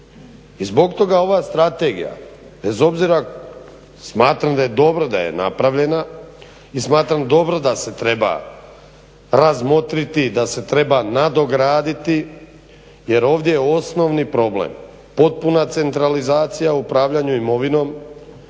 I zbog toga ova strategija bez obzira smatram da je dobro da je napravljena i smatram dobro da se treba razmotriti, da se treba nadograditi jer ovdje je osnovni problem potpuna centralizacija upravljanju imovinom,